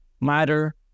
matter